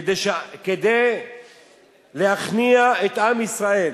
כדי להכניע את עם ישראל.